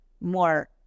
more